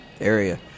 area